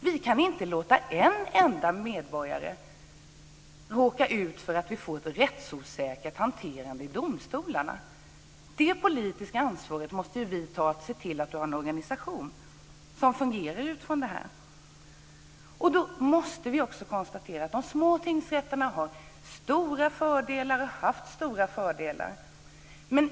Vi kan inte låta en enda medborgare råka ut för att vi får ett rättsosäkert hanterande i domstolarna. Vi måste ta det politiska ansvaret när det gäller att se till att det finns en organisation som fungerar utifrån detta. Då måste vi också konstatera att de små tingsrätterna har, och har haft, stora fördelar.